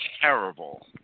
terrible